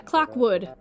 Clockwood